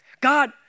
God